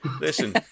Listen